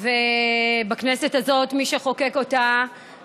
ותועבר לוועדת הכספים להכנתה לקריאה ראשונה.